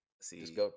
See